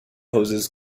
hoses